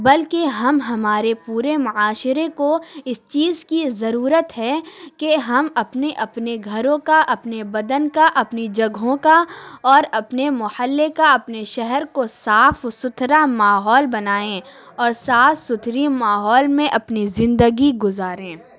بلکہ ہم ہمارے پورے معاشرے کو اس چیز کی ضرورت ہے کہ ہم اپنے اپنے گھروں کا اپنے بدن کا اپنی جگہوں کا اور اپنے محلے کا اپنے شہر کو صاف ستھرا ماحول بنائیں اور صاف ستھرے ماحول میں اپنی زندگی گزاریں